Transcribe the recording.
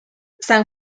san